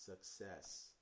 success